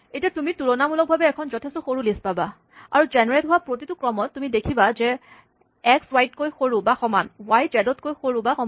এতিয়া তুমি তুলনামূলকভাৱে এখন যথেষ্ট সৰু লিষ্ট পাবা আৰু জেনেৰেট হোৱা প্ৰতিটো ক্ৰমত তুমি দেখিবা যে এক্স ৱাই তকৈ সৰু বা সমান ৱাই জেড তকৈ সৰু বা সমান